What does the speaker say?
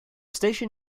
station